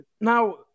Now